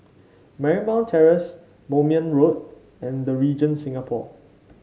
Marymount Terrace Moulmein Road and The Regent Singapore